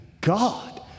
God